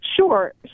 Sure